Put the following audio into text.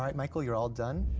um michael, you're all done.